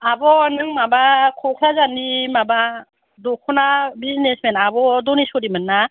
आब' नों माबा कक्राझारनि माबा दखना बिजिनेसमेन आब' धनेश्वरिमोन ना